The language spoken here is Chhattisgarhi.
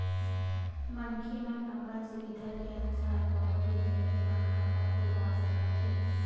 मनखे मन अपन सुबिधा के अनुसार कोनो भी बेंक म खाता खोलवा सकत हे